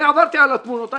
עברתי על התמונות,